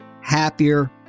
happier